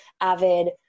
avid